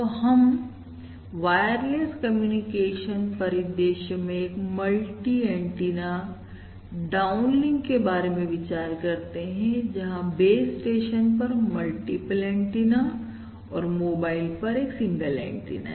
तो हम wireless communication परिदृश्य में एक मल्टी एंटीना डाउन लिंक के बारे में विचार करते हैं जहां बेस् स्टेशन पर मल्टीपल एंटीना और मोबाइल पर एक सिंगल एंटीना है